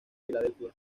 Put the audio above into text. filadelfia